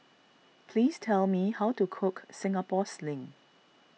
please tell me how to Cook Singapore Sling